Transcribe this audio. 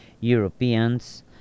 europeans